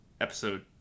episode